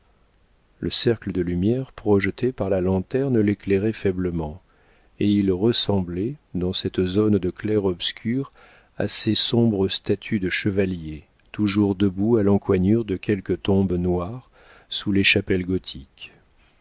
le cercle de lumière projeté par la lanterne l'éclairait faiblement et il ressemblait dans cette zone de clair-obscur à ces sombres statues de chevaliers toujours debout à l'encoignure de quelque tombe noire sous les chapelles gothiques